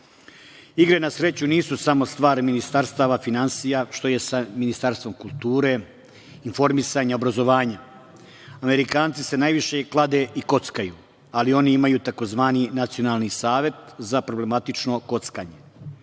Igre na sreću nisu samo stvar Ministarstava finansija, što je sa Ministarstvom kulture, informisanja, obrazovanja, Amerikanci se najviše klade i kockaju, ali oni imaju takozvani Nacionalni savet za problematično kockanjeMnoge